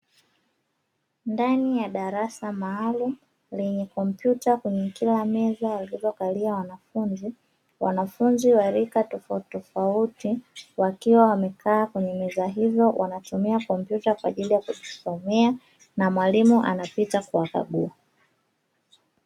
Ndani ya darasa maalumu lenye kompyuta kwenye kila meza walizokalia wanafunzi, wanafunzi wa rika tofauti tofauti wakiwa wamekaa kwenye meza hizo wanatumia kompyuta kwa ajili ya kujisomea, na mwalimu anapita kuwakagua.